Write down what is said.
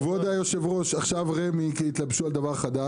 כבוד היושב ראש, עכשיו רמ"י התלבשו על דבר אחד.